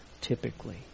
typically